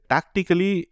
Tactically